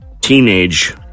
teenage